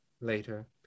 later